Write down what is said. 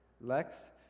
Lex